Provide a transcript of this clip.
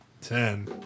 Ten